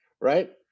Right